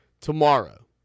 tomorrow